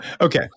Okay